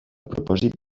propòsit